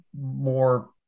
more